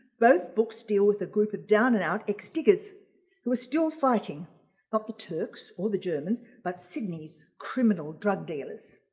both books deal with a group of down-and-out ex diggers who are still fighting not the turks or the germans but sydney's criminal drug dealers.